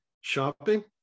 shopping